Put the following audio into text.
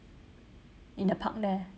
in the park there